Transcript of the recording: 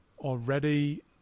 already